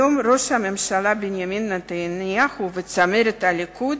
היום, ראש הממשלה בנימין נתניהו וצמרת הליכוד